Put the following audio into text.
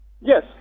Yes